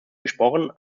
gesprochen